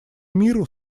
миру